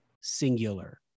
singular